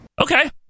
Okay